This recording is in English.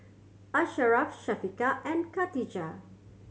Asharaff Syafiqah and Khatijah